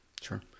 Sure